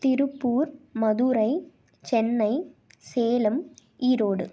Tiruppur Madurai Chennai Salem Erode